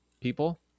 people